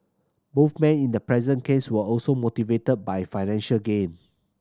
both man in the present case were also motivated by financial gain